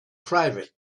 private